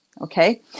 Okay